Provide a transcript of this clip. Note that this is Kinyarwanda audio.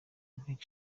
nteko